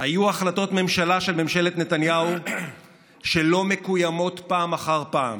היו החלטות ממשלה של ממשלת נתניהו שלא מקוימות פעם אחר פעם: